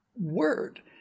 word